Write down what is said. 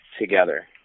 together